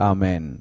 Amen